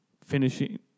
finishing